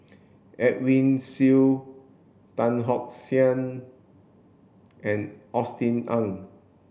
Edwin Siew Tan Tock San and Austen Ong